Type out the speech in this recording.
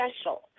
special